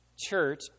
church